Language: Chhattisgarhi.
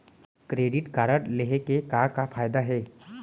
क्रेडिट कारड लेहे के का का फायदा हे?